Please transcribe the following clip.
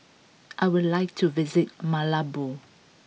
I would like to visit Malabo